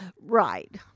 Right